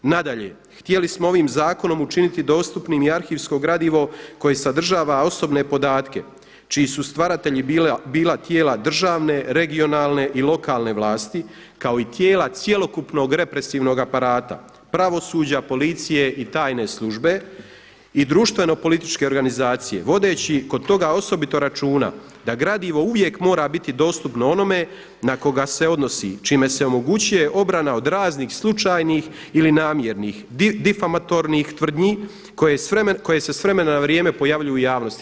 Nadalje, htjeli smo ovim zakonom učiniti dostupnim i arhivsko gradivo koje sadržava osobne podatke čiji su stvaratelji bila tijela državne, regionalne i lokalne vlasti kao i tijela cjelokupnog represivnog aparata pravosuđa, policije i tajne službe i društvenopolitičke organizacije vodeći kod toga osobito računa da gradivo uvijek mora biti dostupno onome na koga se odnosi čime se omogućuje obrana od raznih slučajnih ili namjernih, difamatornih tvrdnji koje se s vremena na vrijeme pojavljuju u javnosti.